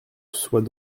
sois